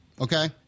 Okay